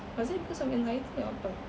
was it because of anxiety or apa